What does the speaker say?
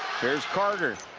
here's carter